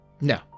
No